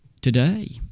Today